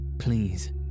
Please